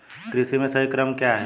कृषि में सही क्रम क्या है?